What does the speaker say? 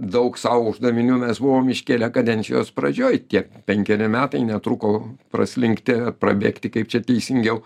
daug sau uždavinių mes buvom iškėlę kadencijos pradžioj tie penkeri metai netruko praslinkti prabėgti kaip čia teisingiau